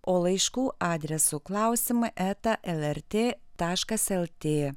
o laiškų adresu klausimai eta lrt taškas lt